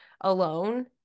alone